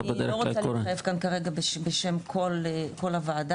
אני לא רוצה להתייחס כרגע בשם כל הוועדה.